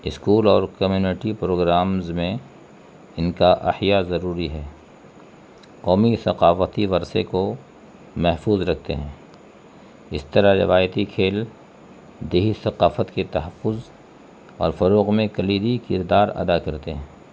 school اور community programmes میں ان کا اہیا ضروری ہے قومیمی ثقافتی ورثے کو محفوظ رکھتے ہیں اس طرح روایتی کھیل دیہی ثقافت کے تحفظ اور فروغ میں کلیدی کردار ادا کرتے ہیں